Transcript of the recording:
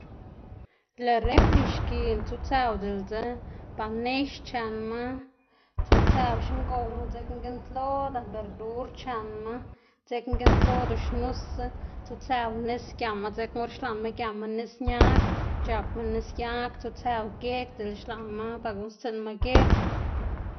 lëꞌ refri xkiꞌn tsutsëw diꞌlse ba nex chenma, tsutsëw xingowma dzekna giꞌntloda, berdur chenma dzekna giꞌntlodu xnuse, tsutsëw nis giama dzekna or xlaꞌnma giama nis ñaꞌg c̲h̲apma nis yag, tsutsëw gieg dela xlaꞌnma ba guꞌnnstsiꞌnma gieg.